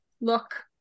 look